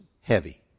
heavy